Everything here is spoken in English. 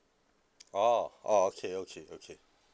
orh orh okay okay okay